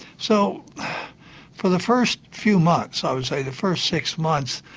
so for the first few months, i would say the first six months,